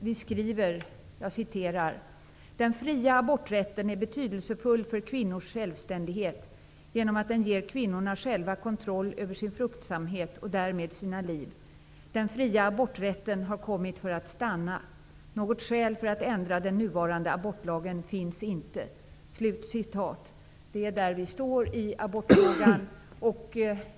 Vi skriver där: Den fria aborträtten är betydelsefull för kvinnors självständighet genom att den ger kvinnorna själva kontroll över sin fruktsamhet och därmed sina liv. Den fria aborträtten har kommit för att stanna. Något skäl för att ändra den nuvarande abortlagen finns inte. -- Det är där vi står i abortfrågan.